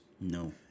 No